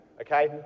okay